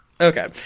Okay